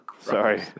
Sorry